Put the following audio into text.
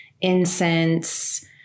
incense